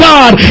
God